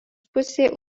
pusėje